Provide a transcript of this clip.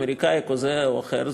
אמריקני כזה או אחר,